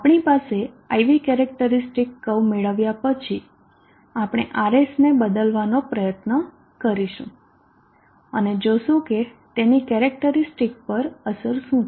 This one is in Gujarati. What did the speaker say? આપણી પાસે I V કેરેક્ટરીસ્ટિક કર્વ મેળવ્યા પછી આપણે RS ને બદલવાનો પ્રયત્ન કરીશું અને જોશું કે તેની કેરેક્ટરીસ્ટિક પર અસર શું છે